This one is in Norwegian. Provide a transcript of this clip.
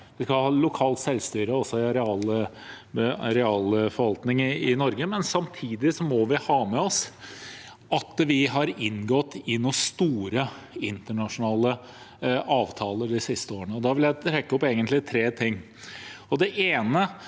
vi skal ha lokalt selvstyre også i arealforvaltningen i Norge, men samtidig må vi ha med oss at vi har inngått noen store internasjonale avtaler de siste årene. Da vil jeg trekke fram tre ting,